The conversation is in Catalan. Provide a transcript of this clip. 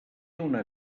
una